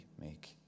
make